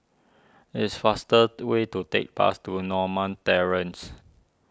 it's faster way to take the bus to Norma Terrace